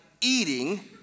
eating